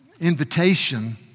invitation